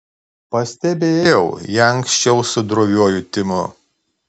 pastebėjau ją anksčiau su droviuoju timu